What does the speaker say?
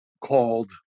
called